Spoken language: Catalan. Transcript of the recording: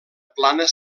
plana